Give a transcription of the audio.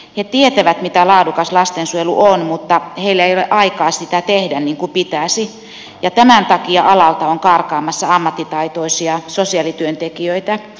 he tietävät mitä laadukas lastensuojelu on mutta heillä ei ole aikaa sitä tehdä niin kuin pitäisi ja tämän takia alalta on karkaamassa ammattitaitoisia sosiaalityöntekijöitä